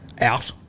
out